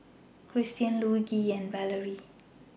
Christian Luigi and Valarie